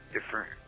Different